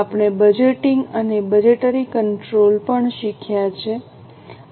આપણે બજેટિંગ અને budgetary control પણ શીખ્યા છીએ